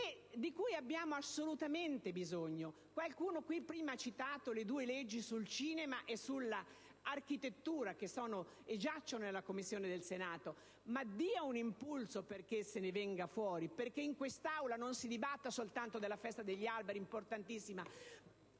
di cui abbiamo assolutamente bisogno. Qualcuno prima ha citato le due leggi sul cinema e sull'architettura che giacciono nella Commissione del Senato: io credo che lei debba dare un impulso perché se ne venga fuori e perché in questa Aula non si dibatta soltanto della Festa degli alberi che, pur essendo